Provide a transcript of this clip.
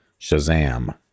shazam